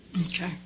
Okay